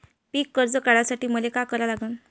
पिक कर्ज काढासाठी मले का करा लागन?